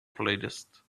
playlist